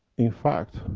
in fact,